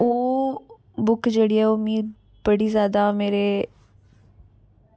ओह् बुक जेह्ड़ी ऐ ओह् मी बड़ी जैदा मेरे